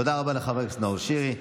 תודה רבה לחבר הכנסת נאור שירי.